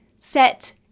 Set